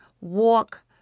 walk